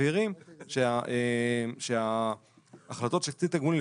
מבהירים שההחלטות של קצין תגמולים,